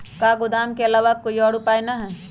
का गोदाम के आलावा कोई और उपाय न ह?